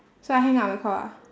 so I hang up the call ah